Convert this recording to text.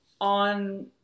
on